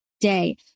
day